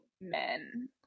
men